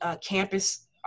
campus